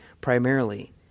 primarily